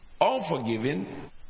unforgiving